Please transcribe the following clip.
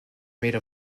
made